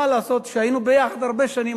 מה לעשות שהיינו ביחד הרבה שנים,